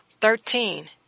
Thirteen